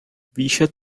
výše